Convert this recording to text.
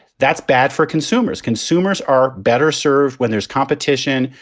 that's bad for consumers. consumers are better served when there's competition,